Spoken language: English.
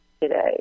today